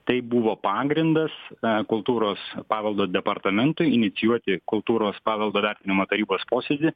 tai buvo pagrindas kultūros paveldo departamentui inicijuoti kultūros paveldo vertinimo tarybos posėdį